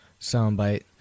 soundbite